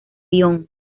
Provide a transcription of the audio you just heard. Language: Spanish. ion